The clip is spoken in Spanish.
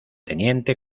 teniente